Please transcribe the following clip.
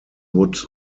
would